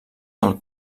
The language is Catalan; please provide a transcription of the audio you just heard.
del